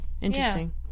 interesting